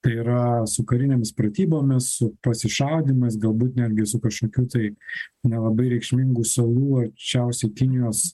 tai yra su karinėmis pratybomis su pasišaudymais galbūt netgi su kažkokiu tai nelabai reikšmingų salų arčiausiai kinijos